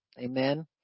amen